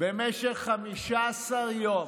במשך 15 יום,